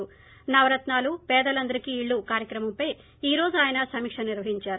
నవరత్నాలు పేదలందరికీ ఇళ్లు కార్యక్రమంపై ఈ రోజు ఆయన సమీక్ష నిర్వహించారు